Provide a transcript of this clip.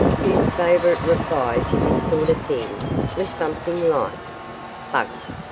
whose favorite reply to this sort of thing was something like bunk.